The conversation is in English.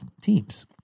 teams